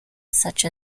such